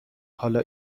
حالا